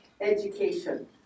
education